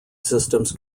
systems